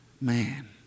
man